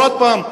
ועוד פעם,